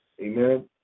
amen